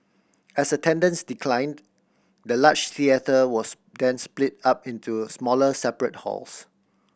as attendance declined the large theatre was then split up into smaller separate halls